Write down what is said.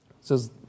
says